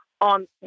On